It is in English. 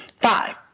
Five